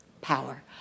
power